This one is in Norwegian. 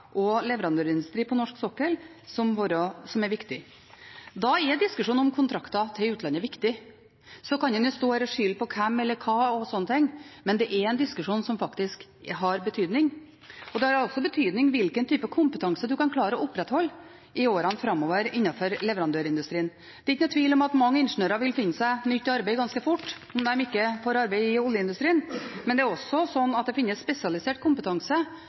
og leverandørindustri på norsk sokkel. Det er viktig. Da er en diskusjon om kontrakter til utlandet viktig. Så kan en jo stå her og skylde på hva eller hvem og slike ting, men det er en diskusjon som faktisk har betydning. Det er også av betydning hvilken type kompetanse en kan klare å opprettholde i årene framover innenfor leverandørindustrien. Det er ikke noen tvil om at mange ingeniører vil finne seg nytt arbeid ganske fort om de ikke får arbeid i oljeindustrien, men det finnes også spesialisert kompetanse